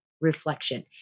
reflection